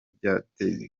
byateye